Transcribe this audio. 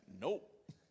nope